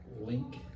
Link